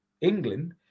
england